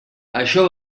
això